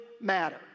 matter